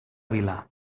vila